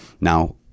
now